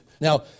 Now